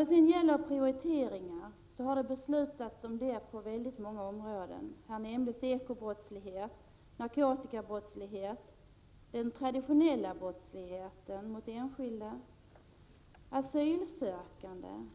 Det har fattats beslut om prioriteringar på många områden, t.ex. för att bekämpa den ekonomiska brottsligheten, narkotikabrottsligheten och den traditionella brottsligheten mot enskilda. Det har också talats om